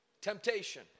temptation